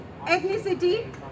ethnicity